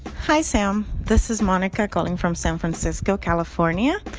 hi, sam. this is monica calling from san francisco, calif. um yeah